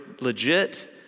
legit